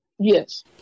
Yes